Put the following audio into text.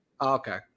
Okay